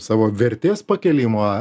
savo vertės pakėlimo